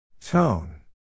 Tone